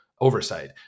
oversight